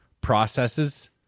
processes